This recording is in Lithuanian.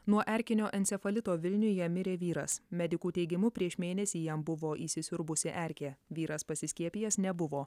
nuo erkinio encefalito vilniuje mirė vyras medikų teigimu prieš mėnesį jam buvo įsisiurbusi erkė vyras pasiskiepijęs nebuvo